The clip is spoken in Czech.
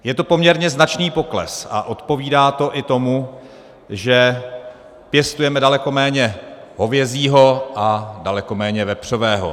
Je to poměrně značný pokles a odpovídá to i tomu, že pěstujeme daleko méně hovězího a daleko méně vepřového.